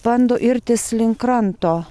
bando irtis link kranto